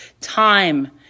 Time